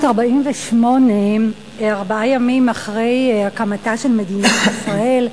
ב-1948, ארבעה ימים אחרי הקמתה של מדינת ישראל,